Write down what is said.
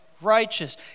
righteous